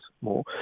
more